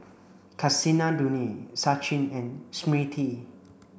Kasinadhuni Sachin and Smriti